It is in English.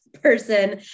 person